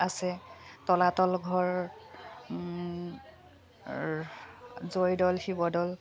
আছে তলাতল ঘৰ জয়দৌল শিৱদৌল